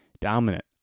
dominant